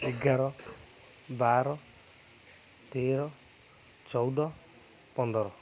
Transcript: ଏଗାର ବାର ତେର ଚଉଦ ପନ୍ଦର